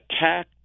attack